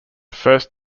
first